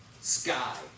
sky